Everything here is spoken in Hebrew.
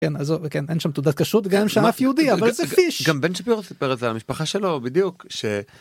כן אז אוקיי אין שם תודה כשרות גם שאף יהודי אבל זה גם בן שפיר סיפר את המשפחה שלו בדיוק.